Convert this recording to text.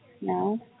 No